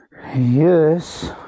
Yes